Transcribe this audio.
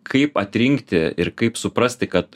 kaip atrinkti ir kaip suprasti kad